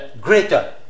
greater